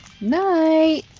night